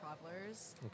travelers